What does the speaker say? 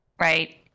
Right